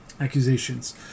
accusations